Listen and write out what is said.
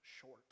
short